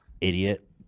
idiot